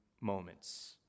moments